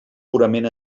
purament